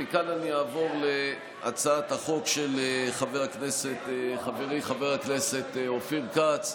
מכאן אעבור להצעת החוק של חברי חבר הכנסת אופיר כץ,